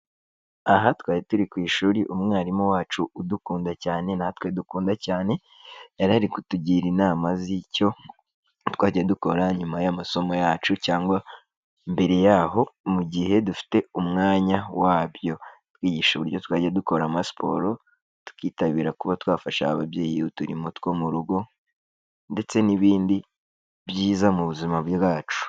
Aha twari turi ku ishuri, umwarimu wacu udukunda cyane, natwe dukunda cyane, yari ari kutugira inama z'icyo twajya dukora nyuma y'amasomo yacu cyangwa mbere yaho, mu gihe dufite umwanya wabyo. Yari ari kutwigisha uburyo twajya dukora amasiporo, tukitabira kuba twafasha ababyeyi uturimo two mu rugo, ndetse n'ibindi byiza mu buzima bwacu.